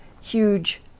huge